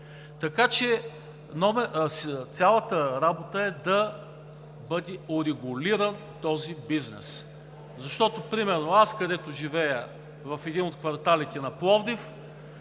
Така че цялата работа е да бъде урегулиран този бизнес, защото, примерно, аз където живея, в един от кварталите на Пловдив,